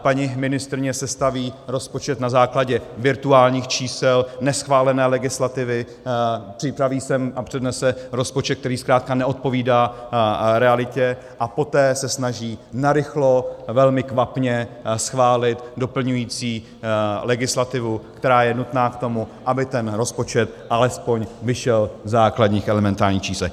Paní ministryně sestaví rozpočet na základě virtuálních čísel, neschválené legislativy, připraví sem a přednese rozpočet, který zkrátka neodpovídá realitě, a poté se snaží narychlo a velmi kvapně schválit doplňující legislativu, která je nutná k tomu, aby ten rozpočet alespoň vyšel v základních elementárních číslech.